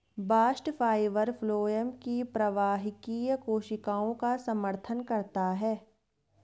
bast fibre phloem की प्रवाहकीय कोशिकाओं का समर्थन करता है